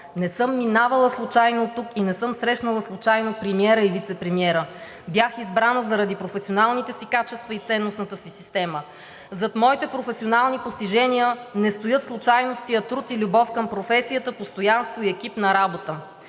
Не съм минавала случайно оттук и не съм срещнала случайно премиера и вицепремиера. Бях избрана заради професионалните си качества и ценностната си система. Зад моите професионални постижения не стоят случайности, а труд и любов към професията, постоянство и екипна работа.